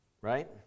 Right